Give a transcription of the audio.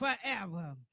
forever